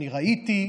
אני ראיתי,